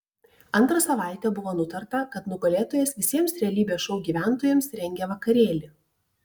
antrą savaitę buvo nutarta kad nugalėtojas visiems realybės šou gyventojams rengia vakarėlį